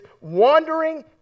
wandering